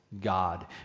God